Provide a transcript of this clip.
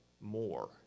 more